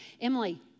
Emily